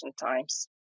times